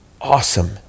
Awesome